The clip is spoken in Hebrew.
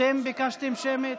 אתם ביקשתם שמית?